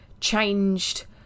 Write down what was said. changed